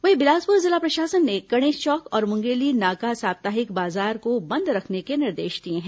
वहीं बिलासपुर जिला प्रशासन ने गणेश चौक और मुंगेली नाका साप्ताहिक बाजार को बंद रखने के निर्देश दिए हैं